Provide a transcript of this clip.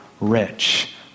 rich